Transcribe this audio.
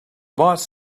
boss